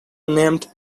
named